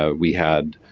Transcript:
ah we had